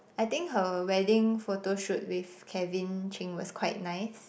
I think her wedding photoshoot with Kevin-Ching was quite nice